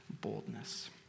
boldness